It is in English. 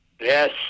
Yes